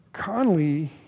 Conley